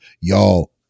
Y'all